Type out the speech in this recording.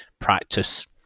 practice